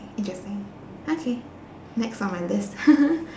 interesting okay next on my list